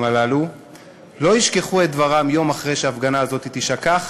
הללו לא ישכחו את דברם יום אחרי שההפגנה הזאת תישכח,